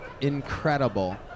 incredible